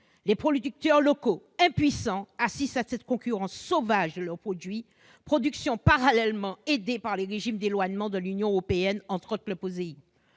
Les producteurs locaux, impuissants, assistent à cette concurrence sauvage de ces productions aidées par les régimes d'éloignement de l'Union européenne, entre autres le